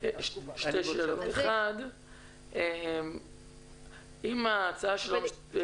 שתי שאלות: 1. אם ההצעה שלו קיימת,